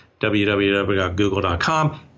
www.google.com